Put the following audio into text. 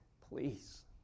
Please